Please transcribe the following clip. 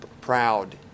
proud